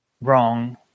wrong